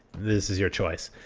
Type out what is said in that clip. this is your choice.